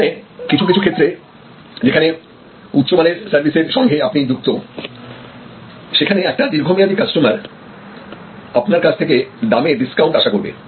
এখানে কিছু কিছু ক্ষেত্রে যেখানে উচ্চমানের সার্ভিস এর সঙ্গে আপনি যুক্ত সেখানে একটা দীর্ঘমেয়াদী কাস্টমার আপনার কাছ থেকে দামে ডিসকাউন্ট আশা করবে